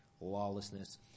lawlessness